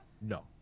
No